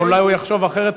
אולי הוא יחשוב אחרת,